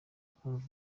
kumva